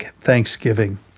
Thanksgiving